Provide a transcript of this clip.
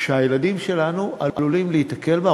שהילדים שלנו עלולים להיתקל בה,